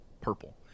Purple